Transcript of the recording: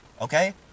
Okay